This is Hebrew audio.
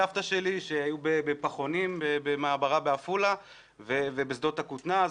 סבתא שלי הייתה בפחונים במעברה בעפולה ובשדות הכותנה.